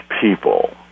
people